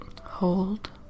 Hold